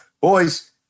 boys